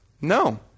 No